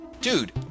dude